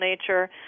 nature